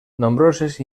nombroses